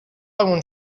اون